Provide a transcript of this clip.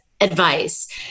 Advice